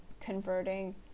converting